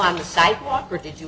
on the sidewalk or did you